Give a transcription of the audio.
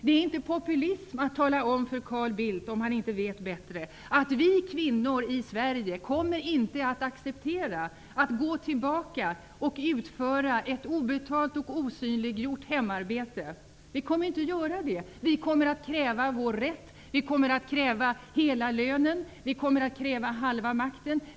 Det är inte populism att tala om för Carl Bildt, om han inte vet bättre, att vi kvinnor i Sverige inte kommer att acceptera att gå tillbaka och utföra ett obetalt och osynliggjort hemarbete. Vi kommer inte att göra det. Vi kommer att kräva vår rätt. Vi kommer att kräva hela lönen. Vi kommer att kräva halva makten.